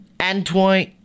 Antoine